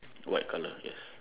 white colour yes